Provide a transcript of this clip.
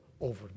over